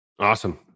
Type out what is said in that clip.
Awesome